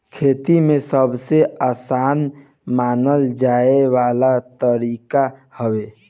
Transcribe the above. खेती में सबसे आसान मानल जाए वाला तरीका हवे